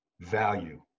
Value